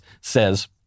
says